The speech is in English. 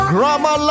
Grandma